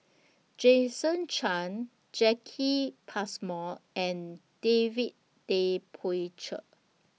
Jason Chan Jacki Passmore and David Tay Poey Cher